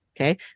Okay